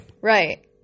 Right